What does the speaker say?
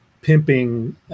pimping